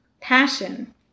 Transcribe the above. Passion